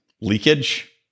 leakage